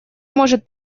может